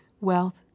wealth